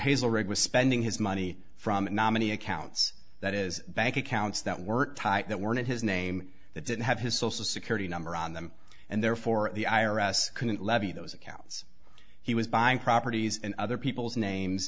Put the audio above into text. hazel rig was spending his money from nominee accounts that is bank accounts that weren't typed that weren't his name that didn't have his social security number on them and therefore the i r s couldn't levy those accounts he was buying properties and other people's names